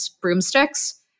broomsticks